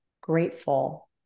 grateful